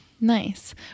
Nice